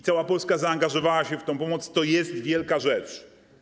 Cała Polska zaangażowała się w tę pomoc i to jest wielka rzecz.